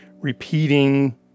repeating